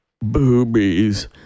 Boobies